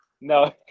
No